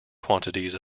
quantities